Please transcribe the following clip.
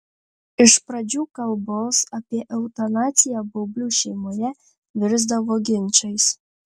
iš pradžių kalbos apie eutanaziją baublių šeimoje virsdavo ginčais